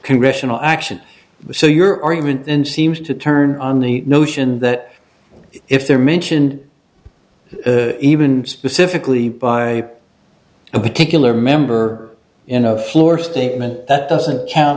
congressional action so your argument then seems to turn on the notion that if they're mentioned even specifically by a particular member in a floor statement that doesn't count